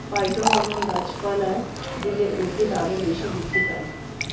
phytohormone গাছপালায় দিলে উদ্ভিদ আরও বেশি বৃদ্ধি পায়